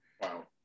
Wow